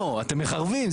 לא, אתם מחרבים.